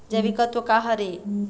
जैविकतत्व का हर ए?